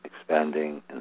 expanding